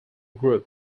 group